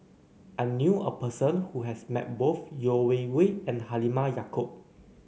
I knew a person who has met both Yeo Wei Wei and Halimah Yacob